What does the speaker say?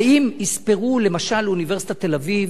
האם יספרו למשל לאוניברסיטת תל-אביב